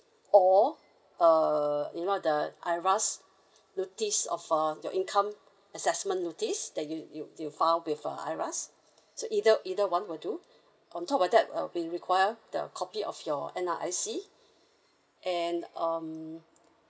or uh you know the IRAS notice of um your income assessment notice that you you you filed with uh IRAS so either either one will do on top of that uh we require the copy of your N_R_I_C and um